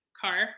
car